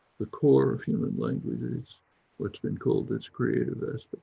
the core of human language is what's been called it's created as